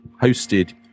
hosted